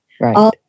Right